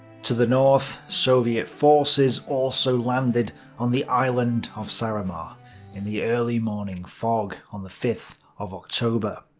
to the north, soviet forces also landed on the island of saaremaa in the early morning fog on the fifth of october.